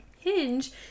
hinge